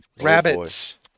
rabbits